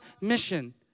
mission